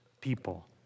people